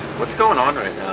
what's going on right